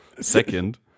Second